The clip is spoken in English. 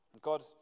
God